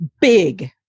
big